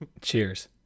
Cheers